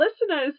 listeners